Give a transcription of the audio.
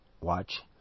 watch